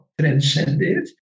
transcended